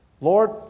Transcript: Lord